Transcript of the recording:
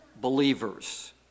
believers